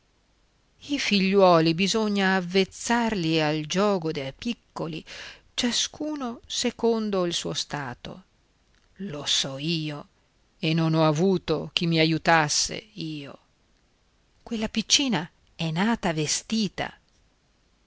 i figliuoli bisogna avvezzarli al giogo da piccoli ciascuno secondo il suo stato lo so io e non ho avuto chi mi aiutasse io quella piccina è nata vestita